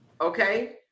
Okay